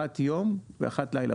אחת יום ואחת לילה.